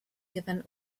given